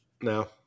No